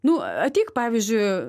nu ateik pavyžiu